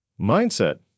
Mindset